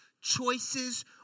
choices